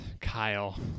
Kyle